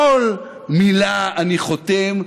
כל מילה, אני חותם.